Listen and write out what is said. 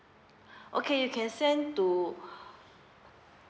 okay you can send to